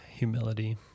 humility